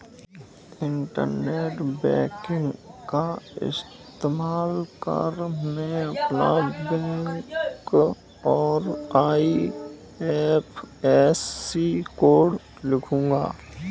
internet banking का इस्तेमाल कर मैं अपना बैंक और आई.एफ.एस.सी कोड लिखूंगा